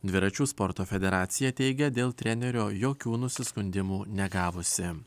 dviračių sporto federacija teigia dėl trenerio jokių nusiskundimų negavusi